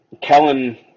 Kellen